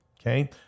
okay